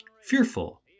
Fearful